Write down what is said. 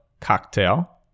Cocktail